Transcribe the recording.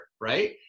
right